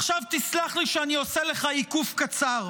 עכשיו תסלח לי שאני עושה לך עיקוף קצר.